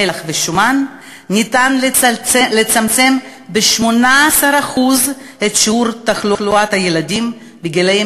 מלח ושומן ניתן לצמצם ב-18% את שיעור תחלואת הילדים גילאי